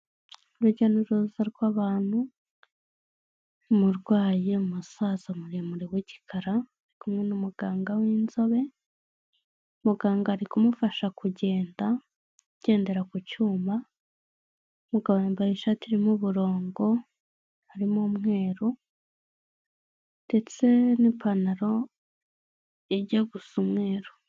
Urujya n'uruza rw'abantu umurwaye, umusaza muremure w'igikara ari kumwe n'umuganga w'inzobe, muganga ari kumufasha kugenda agendera ku cyuma, umugabo yambaye ishati irimo uburongo harimo umweru ndetse n'ipantaro ijya gusa umweru.